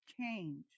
change